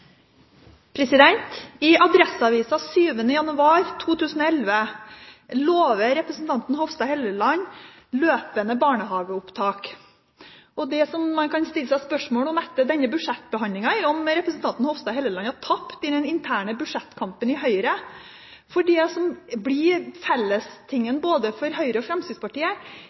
replikkordskifte. I Adresseavisen 7. januar i år lover representanten Hofstad Helleland løpende barnehageopptak. Det man kan stille spørsmål om etter denne budsjettbehandlingen, er om representanten Hofstad Helleland har tapt i den interne budsjettkampen i Høyre. For felles for både Høyre og Fremskrittspartiet